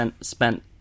spent